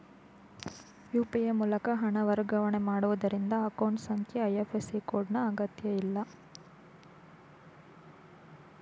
UPI ಮೂಲಕ ಹಣ ವರ್ಗಾವಣೆ ಮಾಡುವುದರಿಂದ ಅಕೌಂಟ್ ಸಂಖ್ಯೆ ಐ.ಎಫ್.ಸಿ ಕೋಡ್ ನ ಅಗತ್ಯಇಲ್ಲ